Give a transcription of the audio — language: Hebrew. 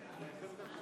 כנסת.